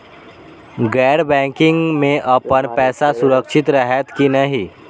गैर बैकिंग में अपन पैसा सुरक्षित रहैत कि नहिं?